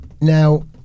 now